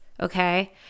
okay